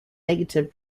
negative